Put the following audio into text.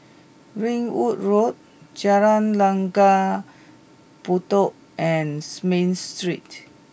Ringwood Road Jalan Langgar Bedok and Smith Street